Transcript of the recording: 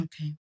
Okay